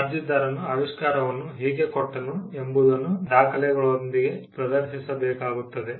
ಅರ್ಜಿದಾರನು ಆವಿಷ್ಕಾರವನ್ನು ಹೇಗೆ ಕೊಟ್ಟನು ಎಂಬುದನ್ನು ದಾಖಲೆಗಳೊಂದಿಗೆ ಪ್ರದರ್ಶಿಸಬೇಕಾಗುತ್ತದೆ